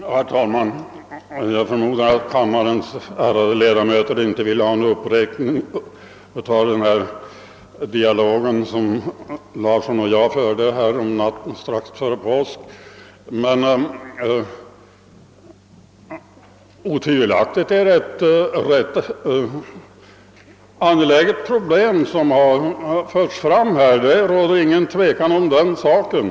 Herr talman! Jag förmodar att kammarens ärade ledamöter inte vill ha en upprepning av den dialog som herr Larsson i Umeå och jag förde en natt strax före påsk. Emellertid är det ett angeläget problem som har förts fram; det råder inte något tvivel om den saken.